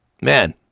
man